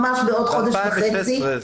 ממש בעוד חודש וחצי,